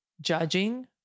judging